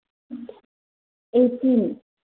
eighteen